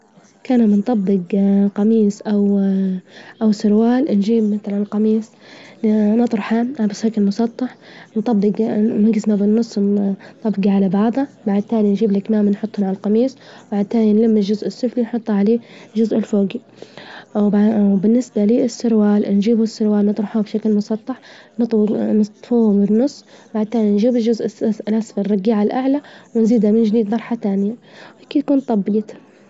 كان بنطبج قميص أو أو سروال انجيب، مثلا قميص نطرحه بس هيك على المسطح نطبج نجسمه بالنص نطبجه على بعظه بعد تالي نجيب الكمام ونحطهن عالجميص، بعد تالي نلم الجزء السفلي نحط عليه الجزء الفوجي، وبع- وبالنسبة للسروال نجيب السروال نطرحه بشكل مسطح نطو- نقسمو بالنص بعدين نجيب الجزء الأسس- الأسفل نرجيه على الأعلى ونزيده من جديد مرحلة تانية وهيك نكون طبجت.